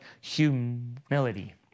humility